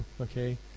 okay